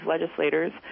legislators